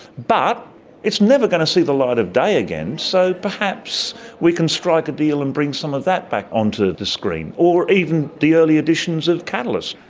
but it's never going to see the light of day again, so perhaps we can strike a deal and bring some of that back onto the screen, or even the early editions of catalyst.